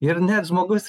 ir net žmogus